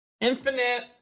infinite